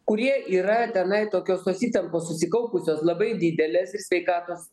kurie yra tenai tokios tos įtampos susikaupusios labai didelės ir sveikatos